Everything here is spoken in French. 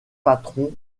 patrons